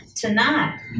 tonight